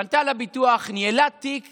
היא פנתה לביטוח, ניהלה תיק